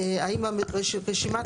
האם רשימת